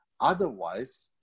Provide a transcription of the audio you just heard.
Otherwise